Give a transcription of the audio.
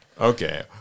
Okay